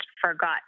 forgot